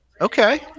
Okay